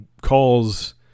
calls